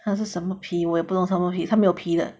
他是什么皮我也不懂他是什么皮他没有皮的